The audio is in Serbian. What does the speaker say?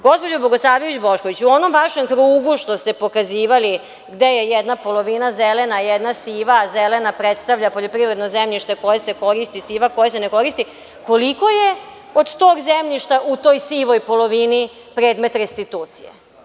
Gospođo Bogosavljević Bošković, u onom vašem krugu što ste pokazivali, gde je jedna polovina zelena, jedna siva, a zelena predstavlja poljoprivredno zemljište koje se koristi, a siva koja se ne koristi, koliko je od tog zemljišta u toj sivoj polovini predmet restitucije?